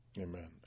Amen